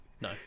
no